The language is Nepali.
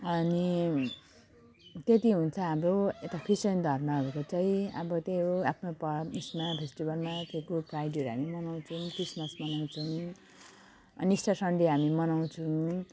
अनि त्यति हुन्छ हाम्रो यता क्रिस्चियन धर्महरूको चाहिँ अब त्यही हो आफ्नो त उसमा फेस्टिभलमा त्यो गुड फ्राइडेहरू हामी मनाउँछौँ क्रिसमस मनाउँछौँ अनि इस्टर सन्डे हामी मनाउँछौँ